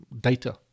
data